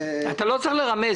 אתה לא צריך לרמז.